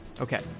Okay